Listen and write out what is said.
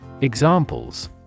Examples